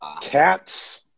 Cats